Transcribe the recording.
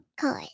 Good